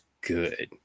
good